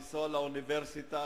לנסוע לאוניברסיטה,